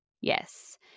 Yes